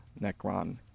Necron